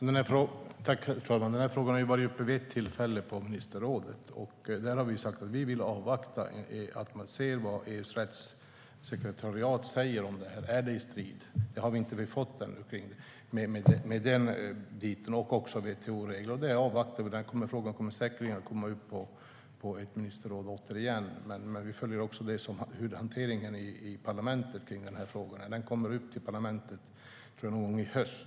Herr talman! Den här frågan har vid ett tillfälle varit uppe i ministerrådet. Där har vi sagt att vi vill avvakta vad EU:s rättssekretariat säger, om förslaget står i strid med EU:s principer för den inre marknaden och WTO:s regler. Frågan kommer säkerligen att komma upp på ett ministerråd återigen. Vi följer också hanteringen av frågan i parlamentet. Den kommer att tas upp i parlamentet någon gång i höst.